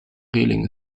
reling